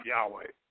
Yahweh